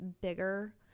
bigger